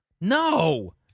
No